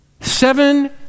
seven